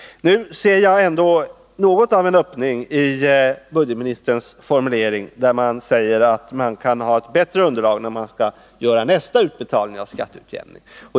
Nu ser jag ändå något av en öppning i budgetministerns formulering att man kan ha bättre underlag vid nästa utbetalning av skatteutjämningen.